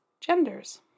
genders